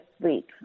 sleep